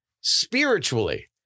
spiritually